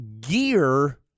gear